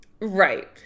Right